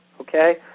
okay